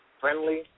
friendly